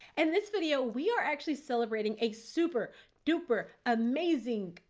and this video, we are actually celebrating a super duper amazing,